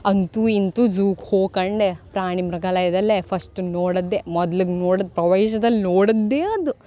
ಅಂತೂ ಇಂತೂ ಝೂಗ್ ಹೋಗಿ ಕಂಡೆ ಪ್ರಾಣಿ ಮೃಗಾಲಯದಲ್ಲೇ ಫಸ್ಟ್ ನೋಡಿದ್ದೆ ಮೊದ್ಲಗೆ ನೋಡಿದ್ ಪ್ರವೇಶದಲ್ಲಿ ನೋಡಿದ್ದೇ ಅದು